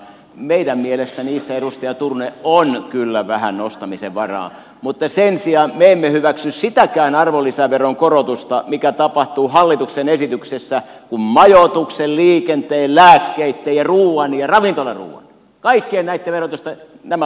meidän mielestämme niissä edustaja turunen on kyllä vähän nostamisen varaa mutta sen sijaan me emme hyväksy sitäkään arvonlisäveron korotusta mikä tapahtuu hallituksen esityksessä kun majoituksen liikenteen lääkkeitten ja ruuan ja ravintolaruuan kaikkien näitten verotusta nämä ovat nostamassa